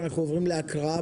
אנחנו עוברים להקראה.